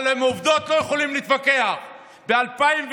אבל עם עובדות לא יכולים להתווכח: ב-2009,